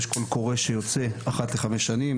יש קול קורא שיוצא אחת לחמש שנים.